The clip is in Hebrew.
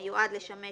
מי עוד רוצה?